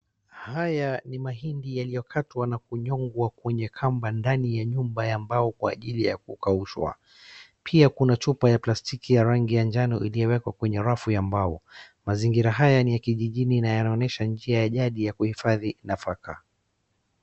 Haya ni mahindi yaliyokatwa na kunyongwa kwenye kamba ndani ya nyumba ya mbao kwa ajili ya kukaushwa, pia kuna chupa ya plastiki ya rangi ya njano iliyowekwa kwenye rafu ya mbao. Mazingira haya ni ya kijijini na yanaonyesha njia jadi ya kuhifadhi nafaka.